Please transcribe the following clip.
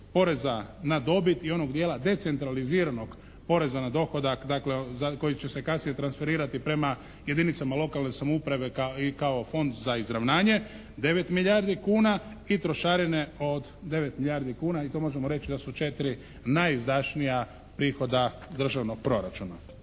na dobit i onog dijela decentraliziranog poreza na dohodak dakle koji će se kasnije transferirati prema jedinicama lokalne samouprave i kao Fond za izravnanje 9 milijardi kuna i trošarine od 9 milijardi kuna i to možemo reći da su 4 najizdašnija prihoda državnog proračuna.